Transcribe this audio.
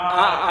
תודה רבה לכם.